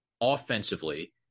offensively